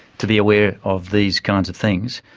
to be aware of these kinds of things.